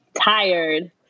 Tired